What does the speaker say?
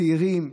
צעירים,